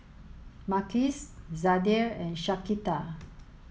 Marquez Zadie and Shaquita